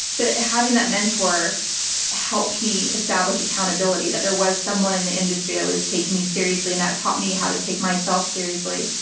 but having that mentor helped me establish accountability, that there was someone in the industry that was taking me seriously and that taught me how to take myself seriously.